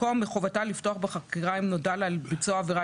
יימחקו המילים "מחובתה לפתוח בחקירה אם נודע לה על ביצוע עבירה"